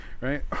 right